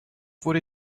wurde